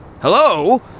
Hello